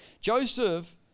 Joseph